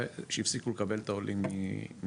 ושהפסיקו לקבל את העולים מרוסיה.